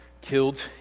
killed